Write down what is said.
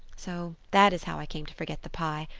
so that is how i came to forget the pie.